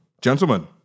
Gentlemen